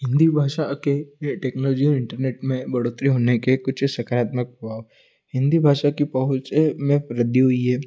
हिन्दी भाषा के टेक्नोलजी और इंटरनेट में बढ़ोतरी होने के कुछ सकारात्मक प्रभाव हिन्दी भाषा की पहुँच में वृद्धि हुई है